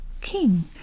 king